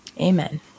Amen